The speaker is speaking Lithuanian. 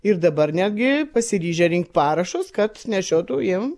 ir dabar netgi pasiryžę rinkt parašus kad nešiotų jiem